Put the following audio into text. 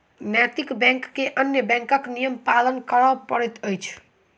नैतिक बैंक के अन्य बैंकक नियम पालन करय पड़ैत अछि